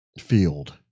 field